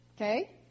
okay